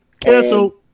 Cancel